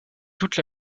toute